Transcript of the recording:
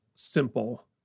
simple